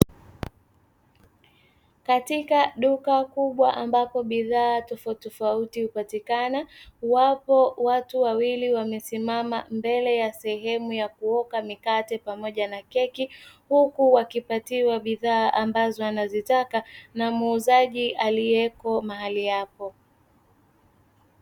Katika duka kubwa ambapo bidhaa tofautitofauti hupatikana wapo watu wawili, wamesimama mbele ya sehemu ya kuoka mikate pamoja na keki huku wakipatiwa bidhaa ambazo wanazitaka na muuzaji aliyeko mahali hapo.